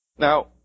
Now